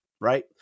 Right